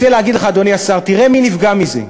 אני רוצה להגיד לך, אדוני השר, תראה מי נפגע מזה,